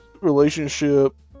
relationship